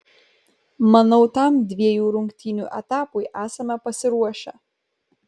manau tam dviejų rungtynių etapui esame pasiruošę